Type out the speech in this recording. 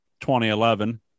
2011